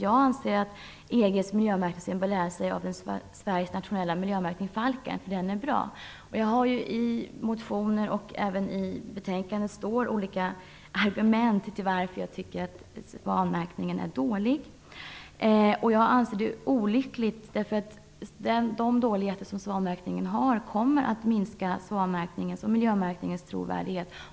Jag anser att man i EG:s miljömärkningssystem bör ta lärdom av Sveriges nationella miljömärkning Falken, därför att den är bra. Jag har i motioner - och det står också i betänkandet - angett olika argument till varför jag tycker att svanmärkningen är dålig. De dåligheter som svanmärkningen har kommer att minska svanmärkningens och miljömärkningens trovärdighet.